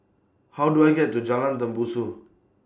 How Do I get to Jalan Tembusu